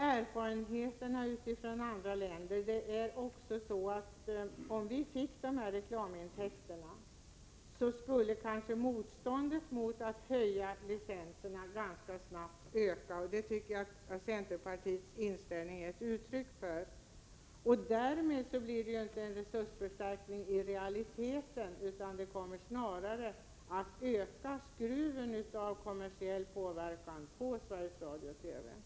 Erfarenheterna från andra länder visar ju att, om vi fick dessa reklamintäkter, skulle kanske motståndet mot att höja licenserna ganska snabbt öka. Jag tycker att centerpartiets inställning är ett uttryck för en sådan utveckling. Därmed blir det ju i realiteten inte fråga om en resursförstärkning, utan detta kommer snarare att ytterligare skruva upp trycket när det gäller kommersiell påverkan på Sveriges Radio och TV.